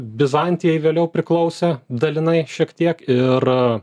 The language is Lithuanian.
bizantijai vėliau priklausę dalinai šiek tiek ir